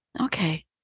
Okay